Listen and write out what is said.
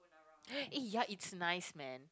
eh ya it's nice man